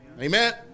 Amen